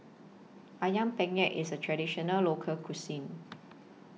Ayam Penyet IS A Traditional Local Cuisine